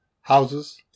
Houses